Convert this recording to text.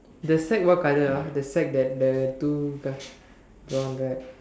the sack what colour ah the sack that the two guys on right